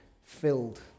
filled